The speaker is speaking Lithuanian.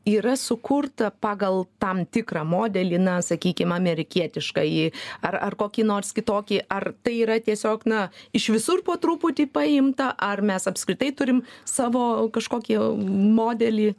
yra sukurta pagal tam tikrą modelį na sakykim amerikietiškąjį ar ar kokį nors kitokį ar tai yra tiesiog na iš visur po truputį paimta ar mes apskritai turim savo kažkokį modelį